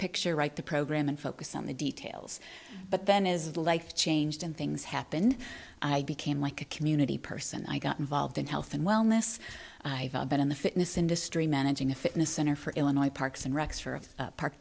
picture write the program and focus on the details but then is life changed and things happen i became like a community person i got involved in health and wellness i've been in the fitness industry managing a fitness center for illinois parks